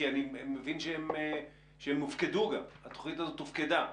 אני מבין שהם גם הופקדו והתוכנית הזו הופקדה.